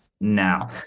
now